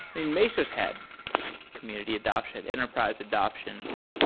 mean, mesos had community adoption, enterprise adoption.